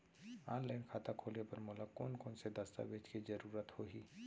Online खाता खोले बर मोला कोन कोन स दस्तावेज के जरूरत होही?